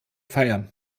feiern